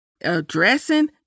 addressing